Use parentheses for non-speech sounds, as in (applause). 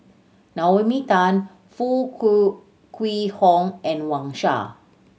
Naomi Tan Foo (unintelligible) Kwee Horng and Wang Sha